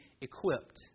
equipped